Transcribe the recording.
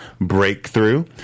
Breakthrough